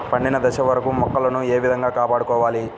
పండిన దశ వరకు మొక్కలను ఏ విధంగా కాపాడుకోవాలి?